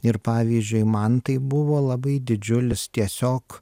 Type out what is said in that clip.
ir pavyzdžiui man tai buvo labai didžiulis tiesiog